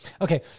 okay